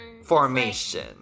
Formation